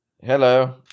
Hello